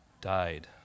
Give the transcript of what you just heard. died